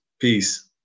Peace